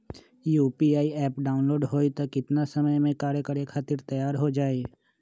UPI app download होई त कितना समय मे कार्य करे खातीर तैयार हो जाई?